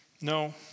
No